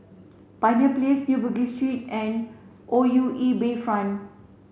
Pioneer Place New Bugis Street and O U E Bayfront